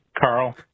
Carl